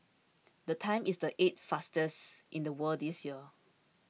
the time is the eighth fastest in the world this year